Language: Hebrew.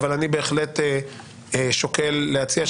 אבל אני בהחלט שוקל להציע,